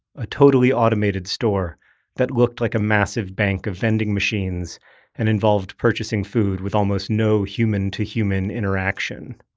a totally automated store that looked like a massive bank of vending machines and involved purchasing food with almost no human-to-human interaction.